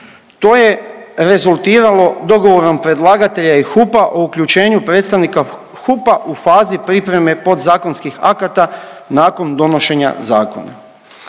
To je rezultiralo dogovorom predlagatelja i HUP-a o uključenju predstavnika HUP-a u fazi pripreme podzakonskih akata nakon donošenja zakona.